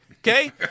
Okay